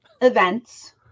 events